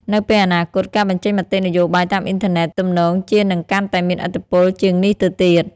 នៅពេលអនាគត ការបញ្ចេញមតិនយោបាយតាមអ៊ីនធឺណិតទំនងជានឹងកាន់តែមានឥទ្ធិពលជាងនេះទៅទៀត។